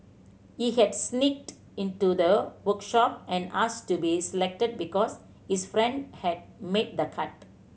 he had sneaked into the workshop and asked to be selected because his friend had made the cut